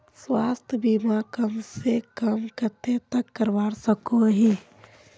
स्वास्थ्य बीमा कम से कम कतेक तक करवा सकोहो ही?